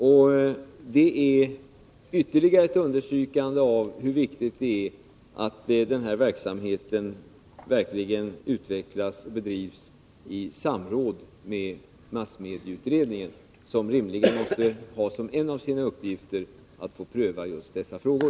Det innebär ett ytterligare understrykande av hur viktigt det är att verksamheten verkligen utvecklas och bedrivs i samråd med massmedieutredningen, som rimligen måste ha som en av sina uppgifter att få pröva dessa frågor.